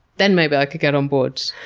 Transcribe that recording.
then maybe i could get on board.